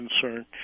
concern